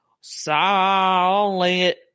solid